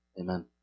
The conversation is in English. Amen